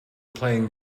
playing